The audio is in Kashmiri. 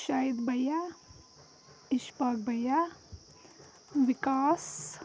شاہِد بَیا اِشفاق بَیا وِکاس